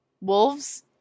wolves